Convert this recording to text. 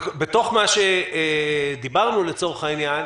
בתוך מה שדיברנו, לצורך העניין,